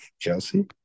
Chelsea